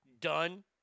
done